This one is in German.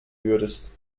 würdest